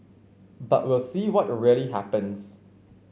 but we'll see what really happens